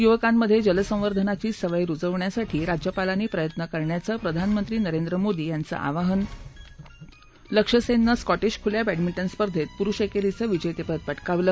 युवकांमधे जलसंवर्धनाची सवय रुजण्यासाठी राज्यपालांनी प्रयत्न करण्याचं प्रधानमंत्री नरेंद्र मोदी यांचं आवाहन लक्ष्य सेननं स्कोटीश खुल्या बॅडमिंटन स्पर्धेत पुरुष एकेरीचं विजेतं पद पटकावलं